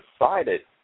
decided